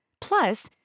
Plus